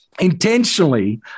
intentionally